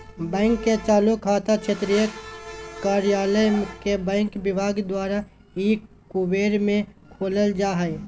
bank के चालू खाता क्षेत्रीय कार्यालय के बैंक विभाग द्वारा ई कुबेर में खोलल जा हइ